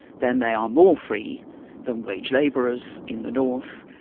then they are more free than wage labourers in the north,